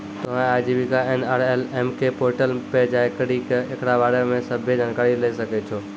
तोहें आजीविका एन.आर.एल.एम के पोर्टल पे जाय करि के एकरा बारे मे सभ्भे जानकारी लै सकै छो